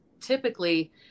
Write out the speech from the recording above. typically